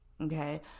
Okay